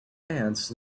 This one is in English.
ants